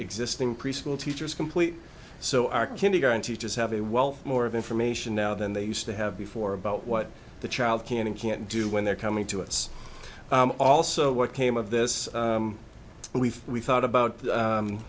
existing preschool teachers complete so our kindergarten teachers have a wealth more of information now than they used to have before about what the child can and can't do when they're coming to us also what came of this but we've we thought about